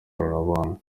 ikoranabuhanga